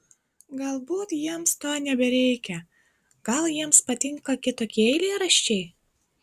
galbūt jiems to nebereikia gal jiems patinka kitokie eilėraščiai